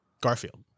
Garfield